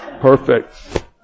Perfect